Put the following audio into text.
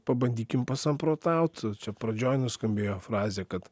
pabandykim pasamprotaut čia pradžioj nuskambėjo frazė kad